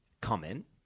comment